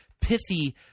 pithy